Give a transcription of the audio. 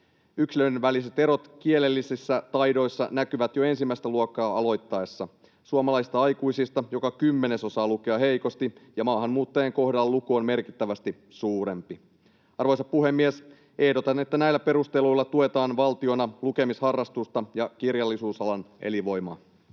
Yksilöiden väliset erot kielellisissä taidoissa näkyvät jo ensimmäistä luokkaa aloitettaessa. Suomalaisista aikuisista joka kymmenes osaa lukea heikosti, ja maahanmuuttajien kohdalla luku on merkittävästi suurempi. Arvoisa puhemies! Ehdotan, että näillä perusteluilla tuetaan valtiona lukemisharrastusta ja kirjallisuusalan elinvoimaa.